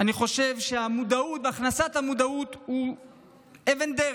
אני חושב שהכנסת המודעות היא אבן דרך,